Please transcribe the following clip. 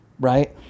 right